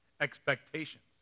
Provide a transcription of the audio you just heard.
expectations